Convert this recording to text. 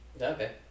Okay